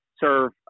serve